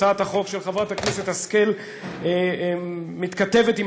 הצעת החוק של חברת הכנסת השכל מתכתבת עם